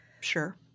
Sure